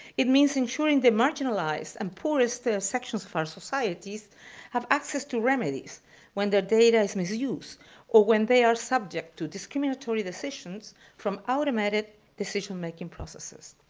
it means ensuring the marginalized and poorest sections of our societies have access to remedies when their data is misused or when they are subject to discriminatory decisions from automatic decision making processes.